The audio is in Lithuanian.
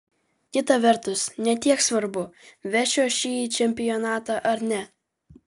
kita vertus ne tiek svarbu vešiu aš jį į čempionatą ar ne